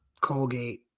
Colgate